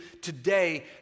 today